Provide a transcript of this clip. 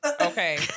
Okay